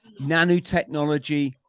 nanotechnology